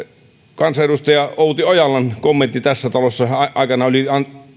kansanedustaja outi ojalan kommentin tässä talossa hän aikoinaan oli